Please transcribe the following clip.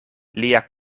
lia